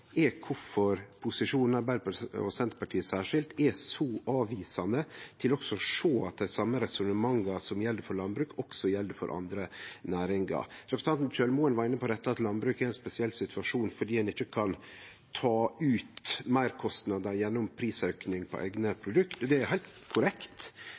er kvifor posisjonen, Arbeidarpartiet og Senterpartiet særskilt, er så avvisande til også å sjå at dei same resonnementa som gjeld for landbruk, også gjeld for andre næringar. Representanten Kjølmoen var inne på dette at landbruket er i ein spesiell situasjon fordi ein ikkje kan ta ut meirkostnader gjennom prisauke på eigne produkt. Det er heilt korrekt,